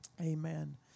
Amen